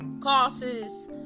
causes